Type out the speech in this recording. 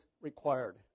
required